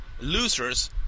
losers